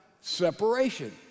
separation